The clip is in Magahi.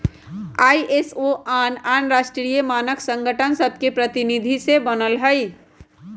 आई.एस.ओ आन आन राष्ट्रीय मानक संगठन सभके प्रतिनिधि से बनल हइ